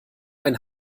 ein